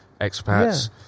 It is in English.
expats